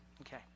Okay